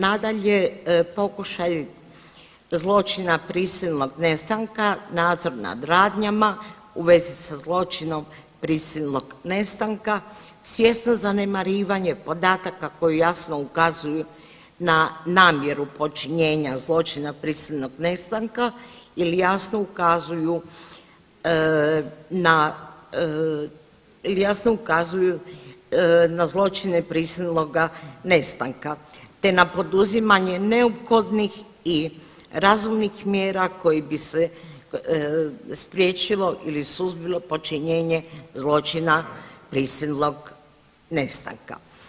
Nadalje, pokušaj zločina prisilnog nestanka, nadzor nad radnjama u vezi sa zločinom prisilnog nestanka svjesno zanemarivanje podataka koji jasno ukazuju na namjeru počinjenja zločina prisilnog nestanka ili jasno ukazuju na zločine prisilnoga nestanka te na poduzimanje neophodnih i razumnih mjera kojim bi se spriječilo ili suzbilo počinjenje zločina prisilnog nestanka.